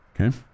Okay